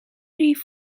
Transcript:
rif